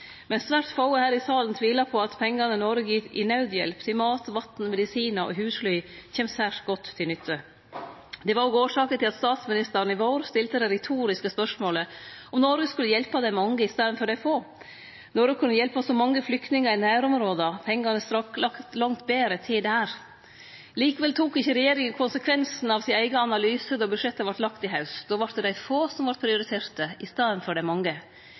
Men svært få her i salen tvilar på at pengane Noreg gir i naudhjelp, til mat, vatn, medisinar og husly, kjem særs godt til nytte. Det var òg årsaka til at statsministeren i vår stilte det retoriske spørsmålet om Noreg skulle hjelpe dei mange i staden for dei få. Noreg kunne hjelpe så mange flyktningar i nærområda, pengane strakk langt betre til der. Likevel tok ikkje regjeringa konsekvensen av sin eigen analyse då budsjettet vart lagt i haust. Då vart det dei få som vart prioriterte i staden for dei mange.